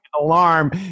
alarm